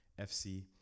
FC